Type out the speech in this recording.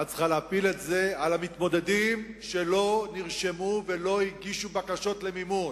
את צריכה להפיל את זה על המתמודדים שלא נרשמו ולא הגישו בקשות למימון.